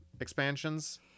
expansions